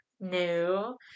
no